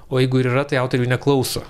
o jeigu ir yra tai autoriai jų neklauso